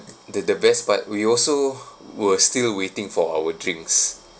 the the best part we also were still waiting for our drinks